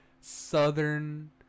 Southern